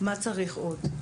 מה צריך עוד.